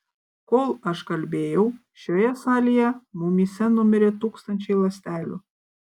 kol aš kalbėjau šioje salėje mumyse numirė tūkstančiai ląstelių